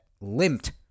limped